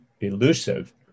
elusive